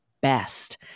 best